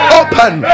open